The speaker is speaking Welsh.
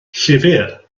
llyfr